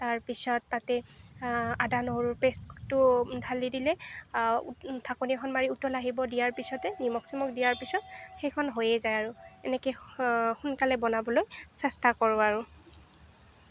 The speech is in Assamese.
তাৰপিছত তাতেই আদা নহৰুৰ পেষ্টটো ঢালি দিলে ঢাকনিখন মাৰি উতল আহিব দিয়াৰ পিছতে নিমখ চিমখ দিয়াৰ পিছত সেইখন হৈয়ে যায় আৰু এনেকৈ সোনকালে বনাবলৈ চেষ্টা কৰোঁ আৰু